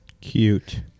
cute